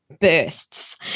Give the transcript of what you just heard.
Bursts